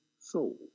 soul